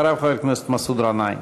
אחריו, חבר הכנסת מסעוד גנאים.